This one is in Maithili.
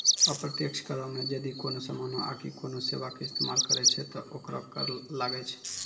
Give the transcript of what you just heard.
अप्रत्यक्ष करो मे जदि कोनो समानो आकि कोनो सेबा के इस्तेमाल करै छै त ओकरो कर लागै छै